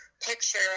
picture